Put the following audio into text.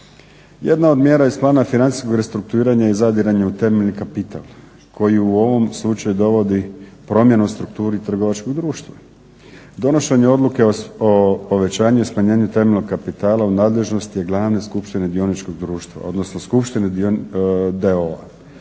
Jedna od mjera iz plana financijskom restrukturiranja je zadiranje u temeljni kapital koji u ovom slučaju dovodi promjenu u strukturi trgovačkog društva. Donošenje odluke o povećanju i smanjenju temeljnog kapitala u nadležnosti je glavne skupštine dioničkog društva, odnosno skupštine d.o.o.